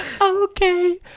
okay